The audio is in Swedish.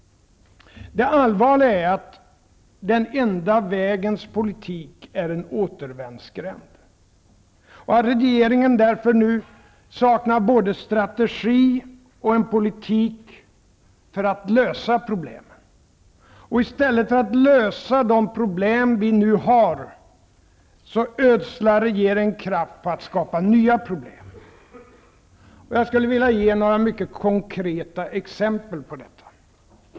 Det allvarliga är att den ''enda'' vägens politik är en återvändsgränd, och att regeringen därför nu saknar både strategi och politik för att lösa problemen. I stället för att lösa de problem vi nu har, ödslar regeringen kraft på att skapa nya problem. Jag skulle vilja ge några mycket konkreta exempel på detta.